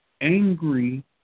angry